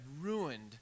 ruined